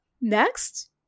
Next